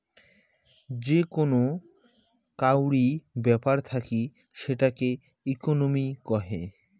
যে কোন কাউরি ব্যাপার থাকি সেটাকে ইকোনোমি কহে